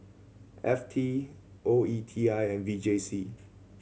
F T O E T I and V J C